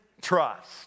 trust